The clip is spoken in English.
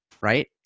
right